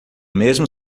mesmo